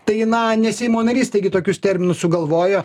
tai na ne seimo narys taigi tokius terminus sugalvojo